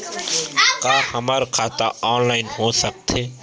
का हमर खाता ऑनलाइन हो सकथे?